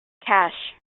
cash